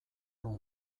room